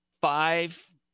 five